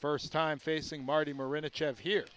first time facing marty marine a chance here